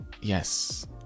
yes